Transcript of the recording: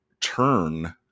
turn